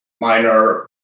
minor